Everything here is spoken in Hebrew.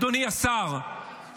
אדוני השר,